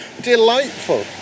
delightful